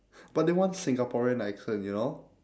but they want singaporean accent you know